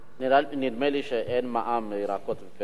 נדמה לי שאין מע"מ על ירקות ופירות.